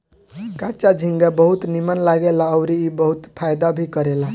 कच्चा झींगा बहुत नीमन लागेला अउरी ई बहुते फायदा भी करेला